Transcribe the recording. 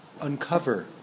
uncover